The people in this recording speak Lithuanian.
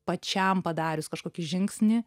pačiam padarius kažkokį žingsnį